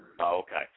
Okay